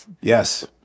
Yes